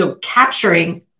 capturing